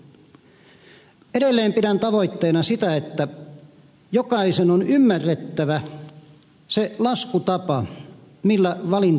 edelleen pidän tavoitteena sitä että jokaisen on ymmärrettävä se laskutapa millä valinta tapahtuu